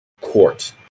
court